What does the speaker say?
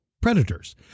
predators